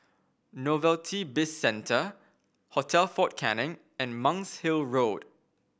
Novelty Bizcentre Hotel Fort Canning and Monk's Hill Road